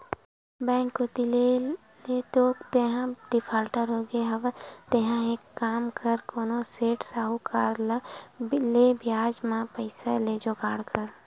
bank कोती ले तो तेंहा डिफाल्टर होगे हवस तेंहा एक काम कर कोनो सेठ, साहुकार करा ले बियाज म पइसा के जुगाड़ कर